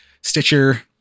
Stitcher